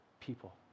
people